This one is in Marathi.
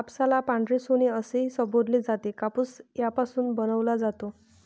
कापसाला पांढरे सोने असेही संबोधले जाते, कापूस यापासून बनवला जातो